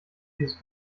dieses